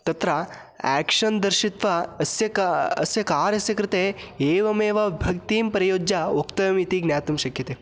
तत्र आक्षन् दर्शयित्वा अस्य का अस्य कार्यस्य कृते एवमेव भक्तिं प्रयुज्य वक्तव्यम् इति ज्ञातुं शक्यते